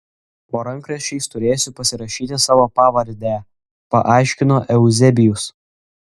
po rankraščiais turėsiu pasirašyti savo pavardę paaiškino euzebijus